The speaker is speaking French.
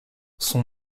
son